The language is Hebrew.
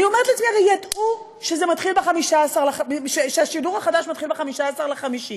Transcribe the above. אני אומרת לעצמי: הרי ידעו שהשידור החדש מתחיל ב-15 במאי.